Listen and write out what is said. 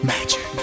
Magic